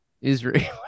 Israel